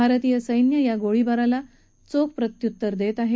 भारतीय सैन्यही या गोळीबाराला चोख प्रत्युत्तर देत आहे